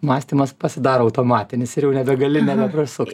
mąstymas pasidaro automatinis ir jau nebegali nebeprisukt